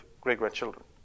great-grandchildren